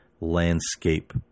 landscape